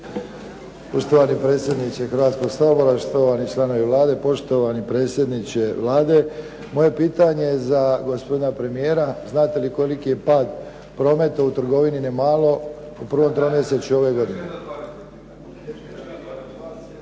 Poštovani predsjedniče Hrvatskog sabora, štovani članovi Vlade, poštovani predsjedniče Vlade. Moje pitanje je za gospodina premijera. Znate li koliko je pad prometa u trgovini na malo u prvom tromjesečju ove godine?